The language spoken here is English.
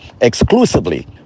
exclusively